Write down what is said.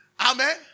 Amen